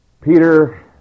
Peter